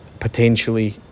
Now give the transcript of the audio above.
potentially